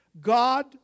God